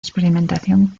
experimentación